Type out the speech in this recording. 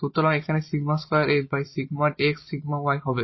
সুতরাং এখানে হবে